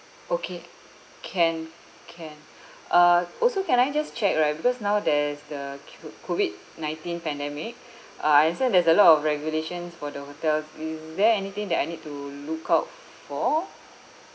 okay can can uh also can I just check right because now there's the que~ COVID nineteen pandemic uh I understand there's a lot of regulations for the hotel is there anything that I need to look out for